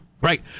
Right